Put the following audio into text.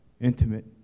intimate